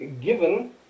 given